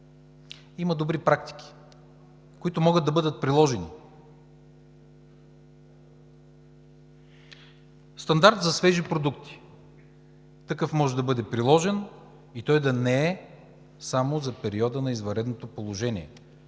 Има добри практики, които могат да бъдат приложени. Стандарт за свежи продукти – такъв може да бъде приложен и той да не е само за периода на извънредното положение,